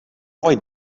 why